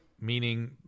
meaning